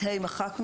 את (ה) מחקנו.